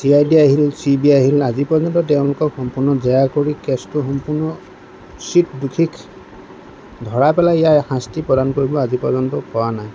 C I D আহিল C B I আহিল আজি পৰ্যন্ত তেওঁলোকক সম্পূৰ্ণ জেৰা কৰি কেচটো সম্পূৰ্ণ উচিত দোষীক ধৰা পেলাই ইয়াৰ শাস্তি প্ৰদান কৰিব আজি পৰ্যন্ত পৰা নাই